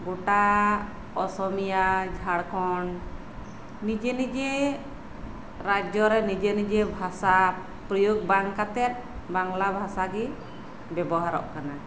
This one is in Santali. ᱜᱚᱴᱟ ᱚᱥᱚᱢᱤᱭᱟ ᱡᱷᱟᱲᱠᱷᱚᱸᱰ ᱱᱤᱡᱮ ᱱᱤᱡᱮ ᱨᱟᱡᱽᱡᱚ ᱨᱮ ᱱᱤᱡᱮ ᱱᱤᱡᱮ ᱵᱷᱟᱥᱟ ᱯᱨᱚᱭᱳᱜᱽ ᱵᱟᱝ ᱠᱟᱛᱮᱫ ᱵᱟᱝᱞᱟ ᱵᱷᱟᱥᱟ ᱜᱮ ᱵᱮᱵᱚᱦᱟᱨᱚᱜ ᱠᱟᱱᱟ